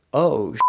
oh. you